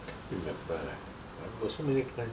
can't remember eh I got so many clients